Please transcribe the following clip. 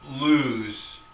lose